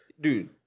Dude